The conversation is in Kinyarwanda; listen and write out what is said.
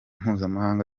mpuzamahanga